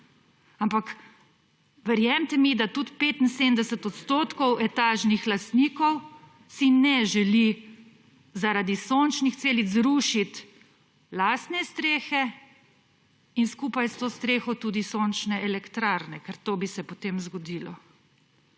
Ampak, verjemite mi, da tudi 75 % etažnih lastnikov si ne želi zaradi sončnih celic zrušit lastne strehe in skupaj s to streho tudi sončne elektrarne, ker to bi se potem zgodilo.